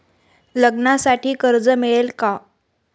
लग्नासाठी कर्ज मिळेल का?